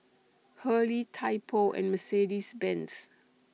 Hurley Typo and Mercedes Benz